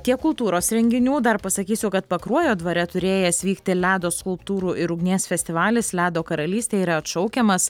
tiek kultūros renginių dar pasakysiu kad pakruojo dvare turėjęs vykti ledo skulptūrų ir ugnies festivalis ledo karalystė yra atšaukiamas